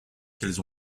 qu’elles